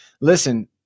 listen